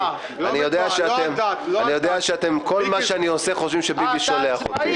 אני יודע שכל מה שאני עושה אתם חושבים שביבי שולח אותי.